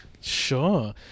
Sure